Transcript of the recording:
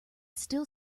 still